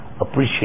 appreciate